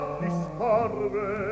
disparve